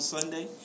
Sunday